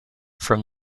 from